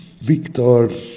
Víctor